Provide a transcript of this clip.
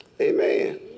Amen